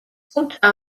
თუმცა